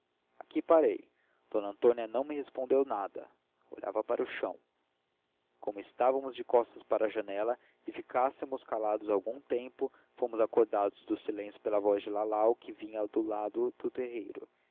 aqui parei d antônia não me respondeu nada olhava para o chão como estávamos de costas para a janela e ficássemos calados algum tempo fomos acordados do silêncio pela voz de lalau que vinha do lado do terreiro